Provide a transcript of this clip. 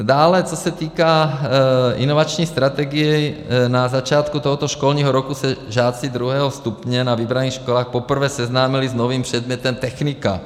Dále co se týká inovační strategie, na začátku tohoto školního roku se žáci druhého stupně na vybraných školách poprvé seznámili s novým předmětem technika.